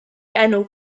enw